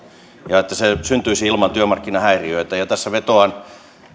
ja se että se syntyisi ilman työmarkkinahäiriöitä tässä vetoan